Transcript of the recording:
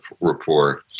report